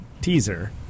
teaser